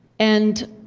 and